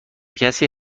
کسی